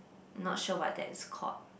not sure what that is called